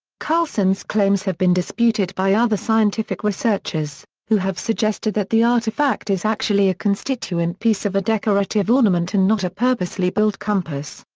carlson's claims have been disputed by other scientific researchers, who have suggested that the artifact is actually a constituent piece of a decorative ornament and not a purposely built compass.